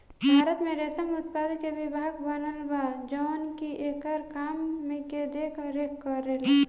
भारत में रेशम उत्पादन के विभाग बनल बा जवन की एकरा काम के देख रेख करेला